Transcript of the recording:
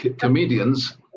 comedians